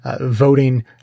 voting